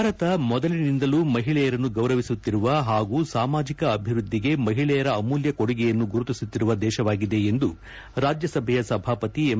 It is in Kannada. ಭಾರತ ಮೊದಲಿನಿಂದಲು ಮಹಿಳೆಯರನ್ನು ಗೌರವಿಸುತ್ತಿರುವ ಹಾಗೂ ಸಾಮಾಜಿಕ ಅಭಿವೃದ್ಧಿಗೆ ಮಹಿಳೆಯರ ಅಮೂಲ್ಯ ಕೊಡುಗೆಯನ್ನು ಗುರುತಿಸುತ್ತಿರುವ ದೇಶವಾಗಿದೆ ಎಂದು ರಾಜ್ಲಸಭೆಯ ಸಭಾಪತಿ ಎಂ